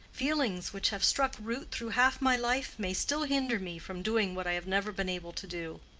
feelings which have struck root through half my life may still hinder me from doing what i have never been able to do.